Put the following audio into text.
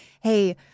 Hey